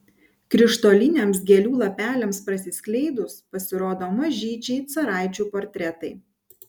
krištoliniams gėlių lapeliams prasiskleidus pasirodo mažyčiai caraičių portretai